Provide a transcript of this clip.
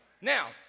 Now